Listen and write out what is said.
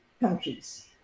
countries